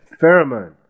Pheromone